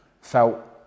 felt